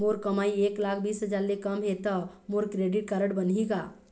मोर कमाई एक लाख बीस हजार ले कम हे त मोर क्रेडिट कारड बनही का?